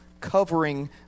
covering